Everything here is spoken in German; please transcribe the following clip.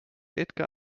edgar